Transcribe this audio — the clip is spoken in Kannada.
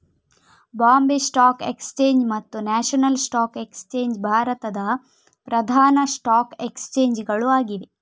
ಬಾಂಬೆ ಸ್ಟಾಕ್ ಎಕ್ಸ್ಚೇಂಜ್ ಮತ್ತು ನ್ಯಾಷನಲ್ ಸ್ಟಾಕ್ ಎಕ್ಸ್ಚೇಂಜ್ ಭಾರತದ ಪ್ರಧಾನ ಸ್ಟಾಕ್ ಎಕ್ಸ್ಚೇಂಜ್ ಗಳು ಆಗಿವೆ